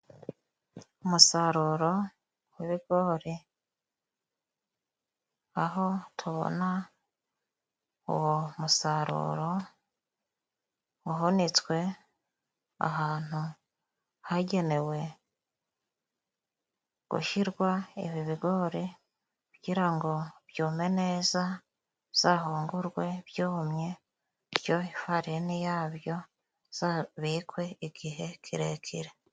Umusaruro w'ibigori, aho tubona uwo musaruro uhunitswe ahantu hagenewe gushyirwa ibi bigori kugirango ngo byume neza, bizahungurwe byumye bityo ifarini yabyo izabikwe igihe kirekire.